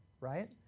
right